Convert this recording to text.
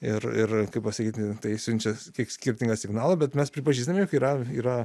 ir ir kaip pasakyti tai siunčia kiek skirtingą signalą bet mes pripažįstame jog yra yra